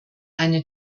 eine